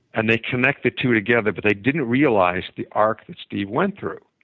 and they connect the two together but they didn't realize the arc that steve went through.